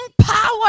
power